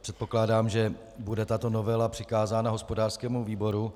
Předpokládám, že bude tato novela přikázána hospodářskému výboru.